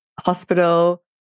hospital